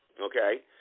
okay